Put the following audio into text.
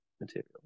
material